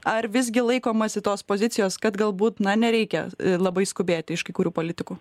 ar visgi laikomasi tos pozicijos kad galbūt na nereikia labai skubėti iš kai kurių politikų